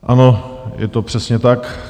Ano, je to přesně tak.